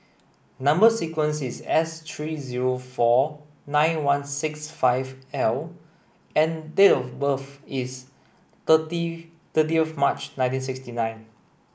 number sequence is S three zero four nine one six five L and date of birth is thirty thirty of March nineteen sixty nine